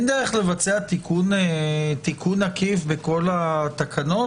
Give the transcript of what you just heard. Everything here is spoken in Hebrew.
אין דרך לבצע תיקון עקיף בכל התקנות?